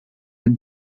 het